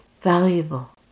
valuable